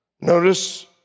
Notice